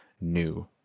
new